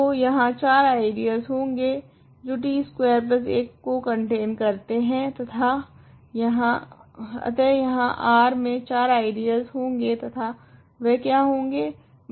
तो यहाँ 4 आइडियलस होगे जो t स्कवेर 1 को कंटेन करते है तथा अतः यहाँ R मे 4 आइडियलस होगे तथा वह क्या होगे